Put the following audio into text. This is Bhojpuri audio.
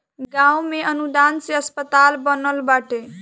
गांव में अनुदान से अस्पताल बनल बाटे